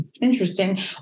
interesting